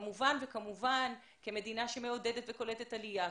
כמובן כמדינה שמעודדת וקולטת עלייה,